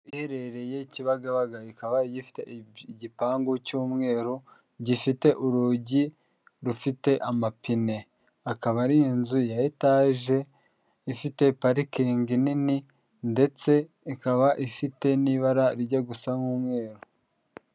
Iherereye ikiba ikaba ifite igipangu cy'umweru gifite urugi rufite amapine, akaba ari inzu ya etaje ifite parikingi nini ndetse ikaba ifite n'ibara rijya gusa nk'umweru.